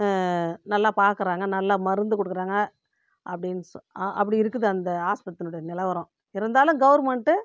நல்லா பார்க்கறாங்க நல்லா மருந்து கொடுக்கறாங்க அப்படினு சொல் அப்படி இருக்குது அந்த ஆஸ்பத்திரியோட நிலவரம் இருந்தாலும் கவர்மெண்ட்